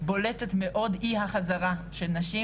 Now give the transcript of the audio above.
בולטת מאוד אי החזרה של נשים,